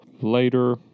later